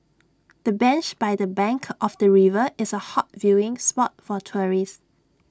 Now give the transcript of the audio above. the bench by the bank of the river is A hot viewing spot for tourists